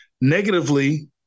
negatively